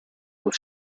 with